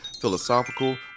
philosophical